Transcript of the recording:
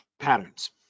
patterns